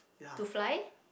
to fly